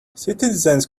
citizens